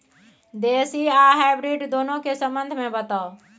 देसी आ हाइब्रिड दुनू के संबंध मे बताऊ?